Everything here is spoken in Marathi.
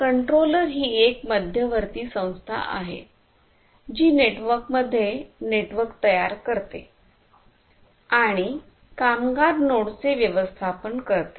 कंट्रोलर ही एक मध्यवर्ती संस्था आहे जी नेटवर्कमध्ये नेटवर्क तयार करते आणि कामगार नोडचे व्यवस्थापन करतो